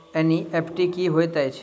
NEFT की होइत अछि?